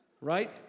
Right